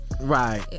right